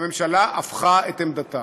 הממשלה הפכה את עמדתה.